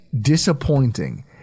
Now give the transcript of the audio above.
disappointing